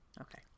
Okay